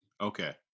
Okay